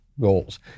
goals